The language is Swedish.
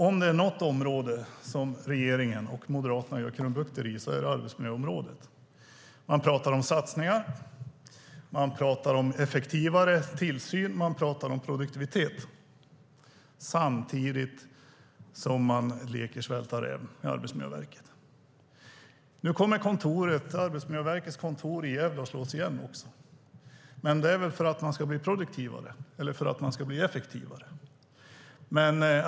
Om det är något område där regeringen och Moderaterna gör krumbukter är det arbetsmiljöområdet. Man pratar om satsningar, effektivare tillsyn och produktivitet - samtidigt som man leker "svälta räv" med Arbetsmiljöverket. Nu kommer Arbetsmiljöverkets kontor i Gävle att slås igen, men det är väl för att man ska bli produktivare, eller för att man ska bli effektivare.